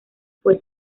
fue